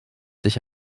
sich